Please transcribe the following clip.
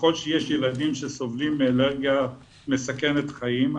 ככל שיש ילדים שסובלים מאלרגיה מסכנת חיים,